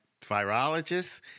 virologist